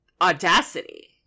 audacity